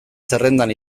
zerrendan